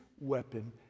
weapon